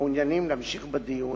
מעוניינים להמשיך בדיון,